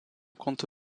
compte